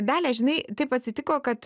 dalia žinai taip atsitiko kad